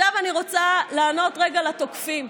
עכשיו אני רוצה לענות רגע לתוקפים.